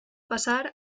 passar